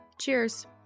Cheers